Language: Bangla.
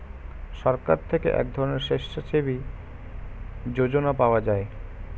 সরকার থেকে এক ধরনের স্বেচ্ছাসেবী যোজনা পাওয়া যায়